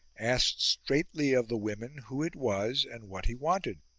asked straitly of the women who it was and what he wanted.